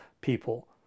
people